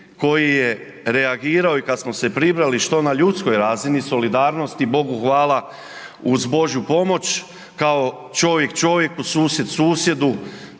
koji je reagirao i kad smo se pribrali što na ljudskoj razini solidarnosti, Bogu hvala, uz božju pomoć kao čovjek čovjeku, susjed susjedu,